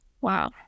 wow